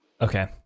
Okay